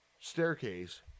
staircase